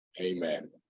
Amen